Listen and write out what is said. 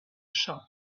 shop